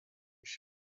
میشود